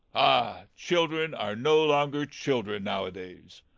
ah! children are no longer children nowadays!